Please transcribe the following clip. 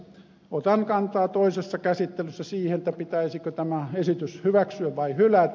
otan kantaa toisessa käsittelyssä siihen pitäisikö tämä esitys hyväksyä vai hylätä